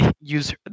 use